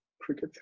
cricket